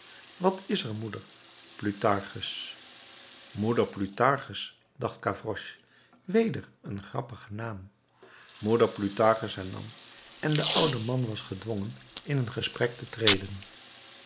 wat is er moeder plutarchus moeder plutarchus dacht gavroche weder een grappige naam moeder plutarchus hernam en de oude man was gedwongen in een gesprek te treden